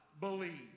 believe